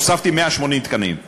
הוספתי 180 תקנים.